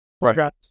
Right